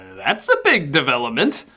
that's a big development.